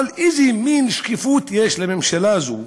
אבל איזה מין שקיפות יש לממשלה הזו,